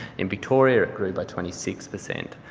in victoria it grew by twenty six per cent.